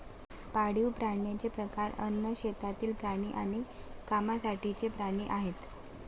पाळीव प्राण्यांचे प्रकार अन्न, शेतातील प्राणी आणि कामासाठीचे प्राणी आहेत